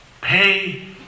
Pay